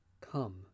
Come